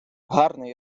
гарний